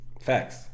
facts